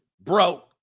broke